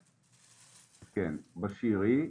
כן, בשירי.